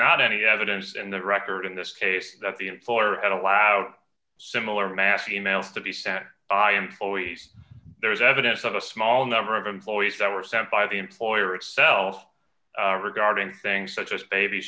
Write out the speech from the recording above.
not any evidence in the record in this case that the employer had allowed similar mass e mails to be sent to him always there is evidence of a small number of employees that were sent by the employer itself regarding things such as baby